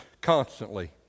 constantly